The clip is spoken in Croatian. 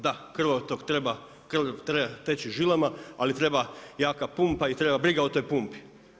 Da, krvotok treba, krvotok treba teći žilama ali treba jaka pumpa i treba briga o toj pumpi.